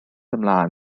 ymlaen